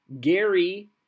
Gary